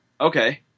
Okay